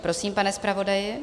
Prosím, pane zpravodaji.